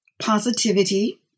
positivity